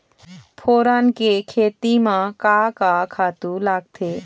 फोरन के खेती म का का खातू लागथे?